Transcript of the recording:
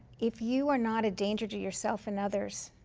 if you are not a danger to yourself and others,